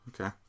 okay